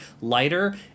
lighter